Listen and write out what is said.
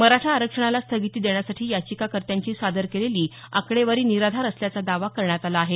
मराठा आरक्षणाला स्थगिती देण्यासाठी याचिकाकर्त्यांची सादर केलेली आकडेवारी निराधार असल्याचा दावा करण्यात आला आहे